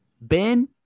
Ben